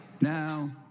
Now